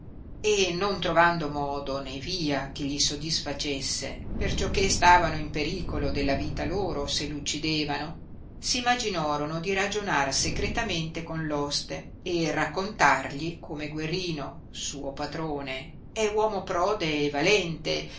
e non trovando modo né via che gli sodisfacesse perciò che stavano in pericolo della vita loro se uccidevano s imaginorono di ragionar secretamente con l oste e raccontargli come guerrino suo patrone è uomo prode e valente